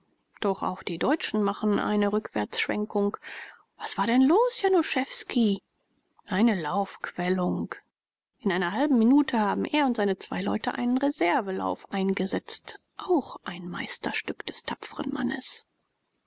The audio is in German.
doch auch die deutschen machen eine rückwärtsschwenkung was war denn los januschewski eine laufquellung in einer halben minute haben er und seine zwei leute einen reservelauf eingesetzt auch ein meisterstück des tapfren mannes